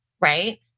right